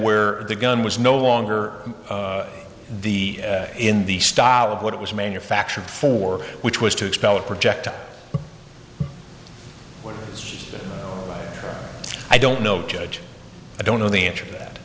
where the gun was no longer the in the style of what it was manufactured for which was to expel a project i don't know judge i don't know the answer to that